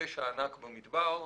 המכתש הענק במדבר,